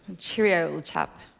cheerio, chap.